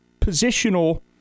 positional